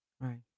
Right